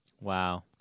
Wow